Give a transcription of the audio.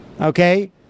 okay